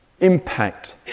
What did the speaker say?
impact